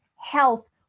health